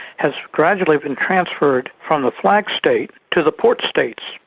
has gradually been transferred from the flag state to the port states,